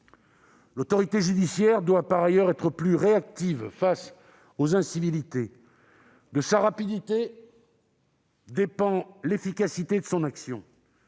L'autorité judiciaire doit par ailleurs être plus réactive face aux incivilités. De sa rapidité dépend l'efficacité de son action.